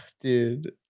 dude